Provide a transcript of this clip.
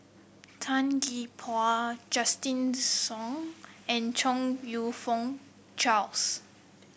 Tan Gee Paw Justin Zhuang and Chong You Fook Charles